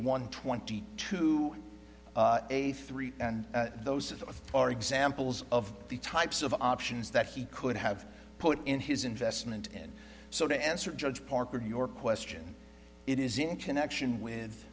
one twenty two a three and those of are examples of the types of options that he could have put in his investment in so to answer judge parker your question it is in connection with